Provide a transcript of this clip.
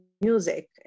music